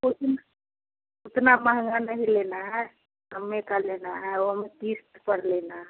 उतना उतना महँगा नहीं लेना है कम्मे का लेना है वह हमें किश्त पर लेना है